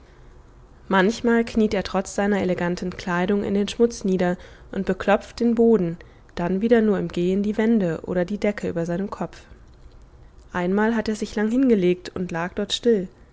manchmal kniet er trotz seiner eleganten kleidung in den schmutz nieder und beklopft den boden dann wieder nur im gehen die wände oder die decke über seinem kopf einmal hat er sich lang hingelegt und lag dort still